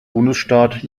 bundesstaat